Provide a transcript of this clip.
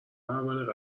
اول